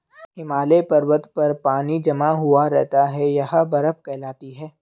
हिमालय पर्वत पर पानी जमा हुआ रहता है यह बर्फ कहलाती है